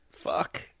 fuck